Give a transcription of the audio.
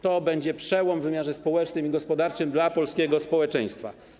To będzie przełom w wymiarze społecznym i gospodarczym dla polskiego społeczeństwa.